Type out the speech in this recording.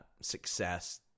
success